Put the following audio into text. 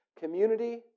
community